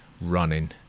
running